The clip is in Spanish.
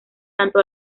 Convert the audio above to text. tanto